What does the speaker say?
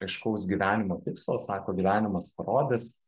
aiškaus gyvenimo tikslo sako gyvenimas parodys